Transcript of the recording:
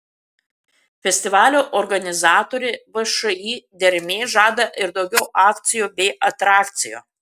festivalio organizatorė všį dermė žada ir daugiau akcijų bei atrakcijų